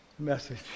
message